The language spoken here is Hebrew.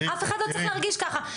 אף אחד לא צריך להרגיש ככה,